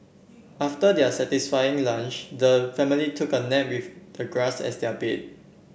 after their satisfying lunch the family took a nap with the grass as their bed